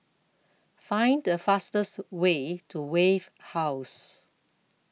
Find The fastest Way to Wave House